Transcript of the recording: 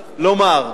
לומר.